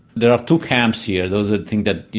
there are two camps here those that think that, you